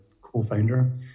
co-founder